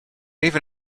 even